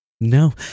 no